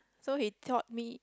so he taught me